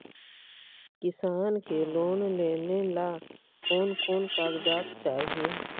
किसान के लोन लेने ला कोन कोन कागजात चाही?